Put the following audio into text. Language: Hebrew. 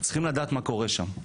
צריכים לדעת מה קורה שם.